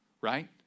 right